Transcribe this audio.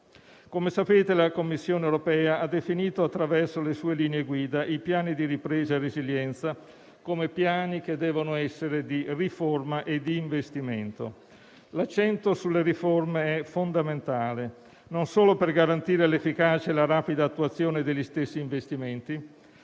Come sapete, la Commissione europea ha definito, attraverso le sue linee guida, i piani di ripresa e resilienza come piani che devono essere di riforma e di investimento. L'accento sulle riforme è fondamentale, non solo per garantire l'efficacia e la rapida attuazione degli stessi investimenti,